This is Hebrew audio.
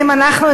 האם אנחנו,